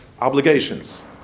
obligations